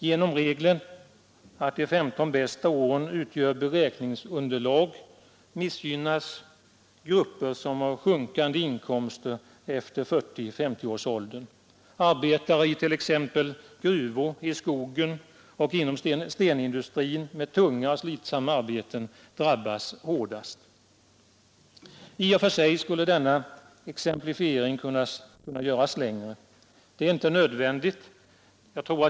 Genom regeln att de 15 bästa åren utgör beräkningsunderlag missgynnas grupper som har sjunkande inkomster efter 40—50-årsåldern. Arbetare t.ex. i gruvor, i skogen och inom stenindustrin med tunga och slitsamma arbeten drabbas hårdast. I och för sig skulle denna exemplifiering kunna göras längre. Men det är inte nödvändigt.